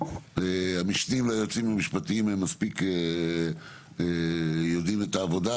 המשנים ליועצים המשפטיים מספיק יודעים את העבודה,